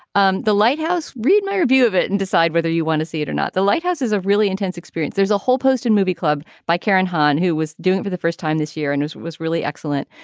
um the lighthouse read my review of it and decide whether you want to see it or not the lighthouse is a really intense experience. there's a whole post and movie club by karen harn, who was doing for the first time this year and was was really excellent.